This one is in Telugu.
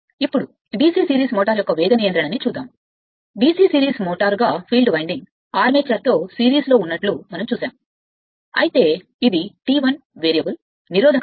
ఇప్పుడు DC సిరీస్ మోటారు యొక్క వేగ నియంత్రణ DC సిరీస్ మోటారుగా ఫీల్డ్ వైండింగ్ ఆర్మేచర్తో సిరీస్లో ఉన్నట్లు మనం చూశాము అయితే ఇది T1 వేరియబుల్ నిరోధకత